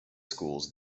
schools